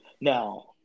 now